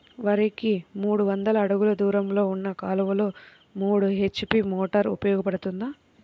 వరికి మూడు వందల అడుగులు దూరంలో ఉన్న కాలువలో మూడు హెచ్.పీ మోటార్ ఉపయోగపడుతుందా?